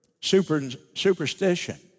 superstition